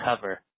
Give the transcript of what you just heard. cover